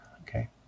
okay